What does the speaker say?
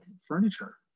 furniture